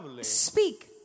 speak